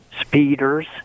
speeders